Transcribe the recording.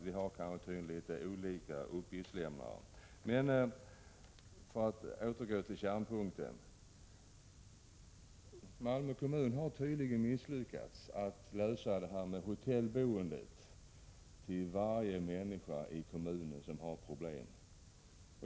Vi har kanske olika uppgiftslämnare. För att återgå till kärnpunkten: Malmö kommun har tydligen misslyckats med att lösa problemet med hotellboende för varje människa i kommunen som har problem.